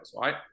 right